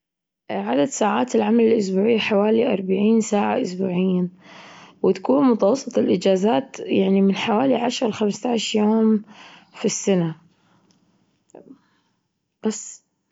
عدد ساعات العمل الأسبوعي حوالي أربعين ساعة أسبوعيًا، وتكون متوسط الإجازات يعني من حوالي عشرة لخمستاش يوم في السنة، بس.